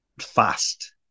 fast